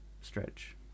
stretch